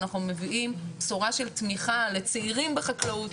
אנחנו מביאים בשורה של תמיכה לצעירים בחקלאות.